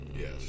Yes